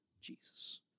Jesus